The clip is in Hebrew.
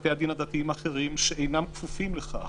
ובתי הדין הדתיים האחרים, שאינם כפופים לכך,